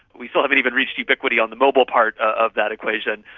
we still haven't even reached ubiquity on the mobile part of that equation,